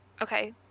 Okay